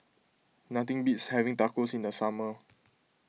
nothing beats having Tacos in the summer